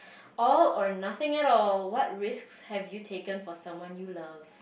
all or nothing at all what risks have you taken for someone you love